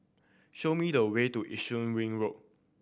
show me the way to Yishun Ring Road